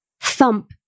thump